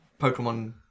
Pokemon